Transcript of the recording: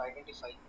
identify